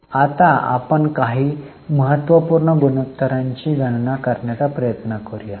आता आपण काही महत्त्वपूर्ण गुणोत्तरांची गणना करण्याचा प्रयत्न करूया